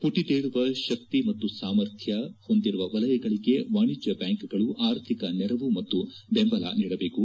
ಪುಟದೇಳುವ ಶಕ್ತಿ ಮತ್ತು ಸಾಮರ್ಥ್ಯ ಹೊಂದಿರುವ ವಲಯಗಳಿಗೆ ವಾಣಿಜ್ಯ ಬ್ಯಾಂಕ್ಗಳು ಆರ್ಥಿಕ ನೆರವು ಮತ್ತು ಬೆಂಬಲ ನೀಡಬೇಕು